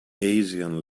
asian